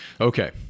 Okay